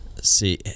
See